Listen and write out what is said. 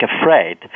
afraid